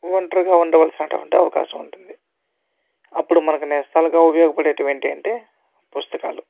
ఒంటరిగా ఉండవలసిన అటువంటి అవకాశం ఉంటుంది అప్పుడు మనకి నేస్తాలుగా ఉపయోగపడేటివి ఏంటి అంటే పుస్తకాలు